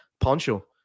Poncho